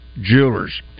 Jewelers